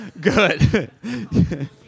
Good